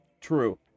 true